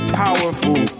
powerful